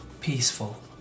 peaceful